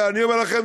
ואני אומר לכם,